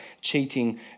cheating